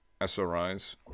Sris